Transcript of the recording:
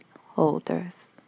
Holders